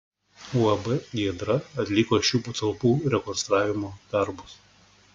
uab giedra atliko šių patalpų rekonstravimo darbus